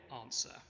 answer